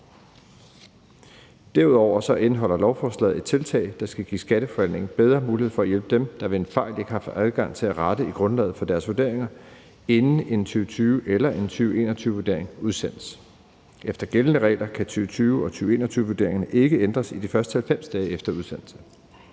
Derudover indeholder lovforslaget et tiltag, der skal give Skatteforvaltningen bedre mulighed for at hjælpe dem, der ved en fejl ikke har haft adgang til at rette i grundlaget for deres vurderinger, inden en 2020- eller en 2021-vurdering udsendes. Efter gældende regler kan 2020- og 2021-vurderingerne ikke ændres i de første 90 dage efter udsendelsen.